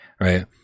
Right